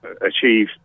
achieve